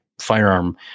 firearm